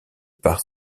par